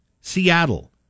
Seattle